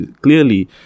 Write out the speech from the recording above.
clearly